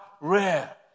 rare